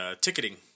ticketing